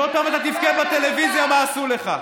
שעוד פעם תבכה בטלוויזיה מה עשו לך.